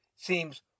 seems